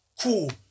cool